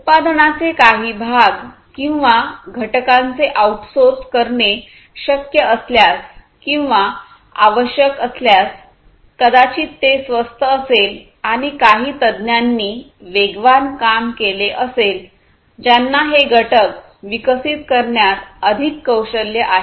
उत्पादनाचे काही भाग किंवा घटकांचे आऊटसोर्स करणे शक्य असल्यास किंवा आवश्यक असल्यास कदाचित ते स्वस्त असेल आणि काही तज्ञांनी वेगवान काम केले असेल ज्यांना हे घटक विकसित करण्यात अधिक कौशल्य आहे